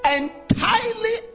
entirely